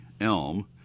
elm